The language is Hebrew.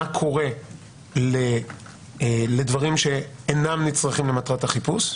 קורה לדברים שאינם נצרכים למטרת החיפוש.